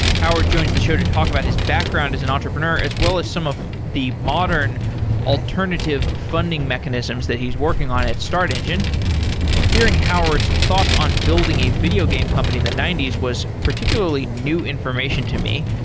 howard joins the show to talk about his background as an entrepreneur, as well as some of the modern alternative funding mechanisms that he's working on at startengine hearing howard's thoughts on building a video game company in the ninety s was particularly new information to me.